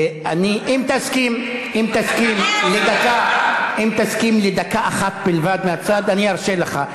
אם תסכים לדקה אחת בלבד מהצד, ארשה לך.